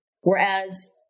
Whereas